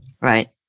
Right